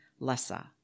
Lessa